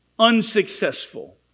unsuccessful